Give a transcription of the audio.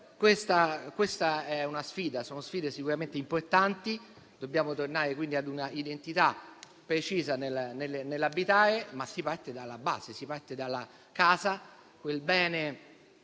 Queste sono sfide sicuramente importanti. Dobbiamo tornare quindi a una identità precisa dell'abitare, ma si parte dalla base: si parte dalla casa, quel bene